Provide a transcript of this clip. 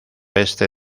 este